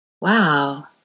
Wow